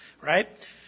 right